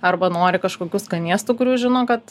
arba nori kažkokių skanėstų kurių žino kad